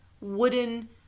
wooden